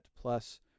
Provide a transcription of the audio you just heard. plus